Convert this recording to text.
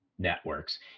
networks